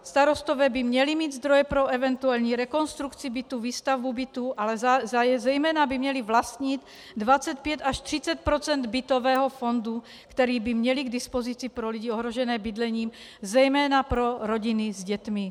Starostové by měli mít zdroje pro eventuální rekonstrukci bytů, výstavbu bytů, ale zejména by měli vlastnit 25 až 30 % bytového fondu, který by měli k dispozici pro lidi ohrožené bydlením, zejména pro rodiny s dětmi.